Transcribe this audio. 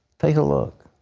take a look.